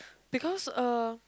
because uh